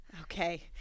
Okay